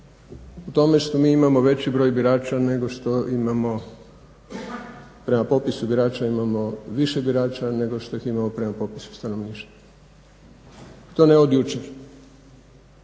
u tome što mi imamo veći broj birača nego što imamo prema popisu birača imamo više birača nego što ih imamo prema popisu stanovništva. I to ne od jučer,